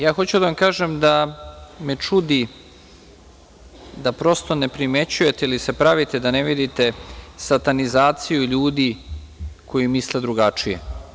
Ja hoću da vam kažem da me čudi da prosto ne primećujete, ili se pravite da ne vidite, satanizaciju ljudi koji misle drugačije.